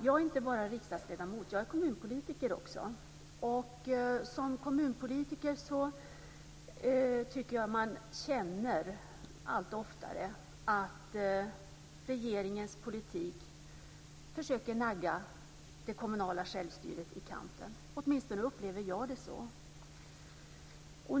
Jag är inte bara riksdagsledamot, utan jag är kommunpolitiker också. Som kommunpolitiker tycker jag att man känner allt oftare att regeringen med sin politik försöker nagga det kommunala självstyret i kanten. Åtminstone upplever jag det så.